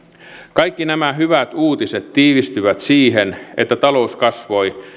kaikki nämä hyvät uutiset tiivistyvät siihen että talous kasvoi